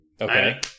Okay